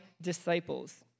disciples